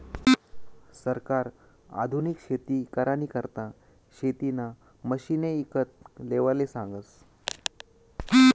सरकार आधुनिक शेती करानी करता शेतीना मशिने ईकत लेवाले सांगस